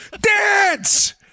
Dance